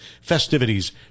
festivities